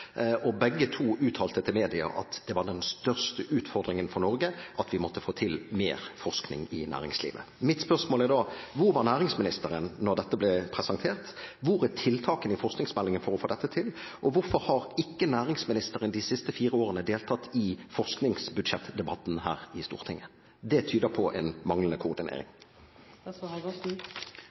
og begge to uttalte til media at det var den største utfordringen for Norge at vi måtte få til mer forskning i næringslivet. Mitt spørsmål er da: Hvor var næringsministeren da dette ble presentert? Hvor er tiltakene i forskningsmeldingen for å få dette til? Og hvorfor har ikke næringsministeren de siste fire årene deltatt i forskningsbudsjettdebatten her i Stortinget? Det tyder på en manglende koordinering.